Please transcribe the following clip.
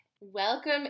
Welcome